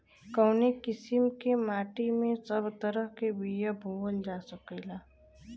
कवने किसीम के माटी में सब तरह के बिया बोवल जा सकेला?